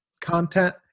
content